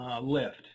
lift